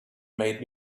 made